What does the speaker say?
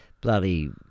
bloody